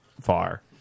far